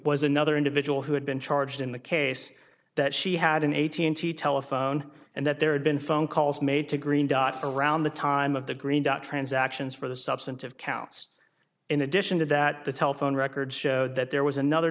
was another individual who had been charged in the case that she had in one thousand nine hundred telephone and that there had been phone calls made to green dots around the time of the green dot transactions for the substantive counts in addition to that the telephone records showed that there was another